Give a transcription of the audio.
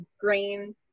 grain